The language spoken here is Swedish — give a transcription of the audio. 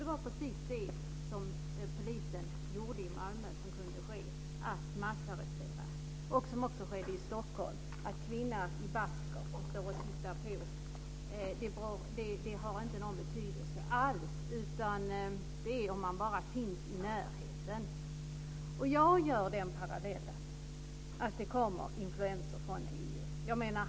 Det var precis det som polisen gjorde i Malmö som kunde ske, att massarrestera. Det skedde också i Stockholm, bl.a. med kvinnan i basker som stod och tittade på. Det har inte någon betydelse alls, utan det räcker om man bara finns i närheten. Jag drar den parallellen att det kommer influenser från EU.